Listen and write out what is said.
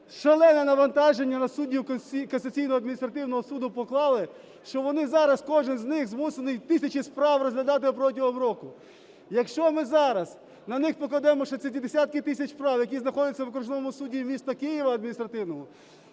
шалене навантаження на суддів Касаційного адміністративного суду поклали, що вони зараз, кожен з них змушений тисячі справ розглядати протягом року! Якщо ми зараз на них покладемо ще ті десятки тисяч справ, які знаходяться в Окружному суді міста Києва адміністративному,